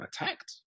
attacked